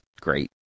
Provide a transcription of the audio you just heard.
great